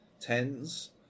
tens